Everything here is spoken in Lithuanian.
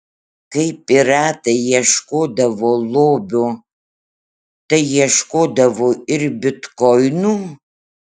kai piratai ieškodavo lobio tai ieškodavo ir bitkoinų